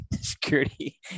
security